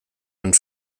and